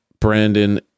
Brandon